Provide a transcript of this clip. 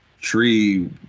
tree